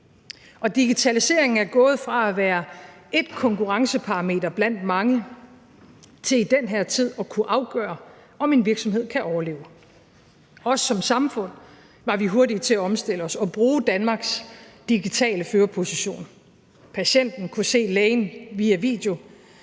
digitaliseringen er gået fra at være ét konkurrenceparameter blandt mange til i den her tid at kunne afgøre, om en virksomhed kan overleve. Også som samfund var vi hurtige til at omstille os og bruge Danmarks digitale førerposition. Patienten kunne se lægen via video,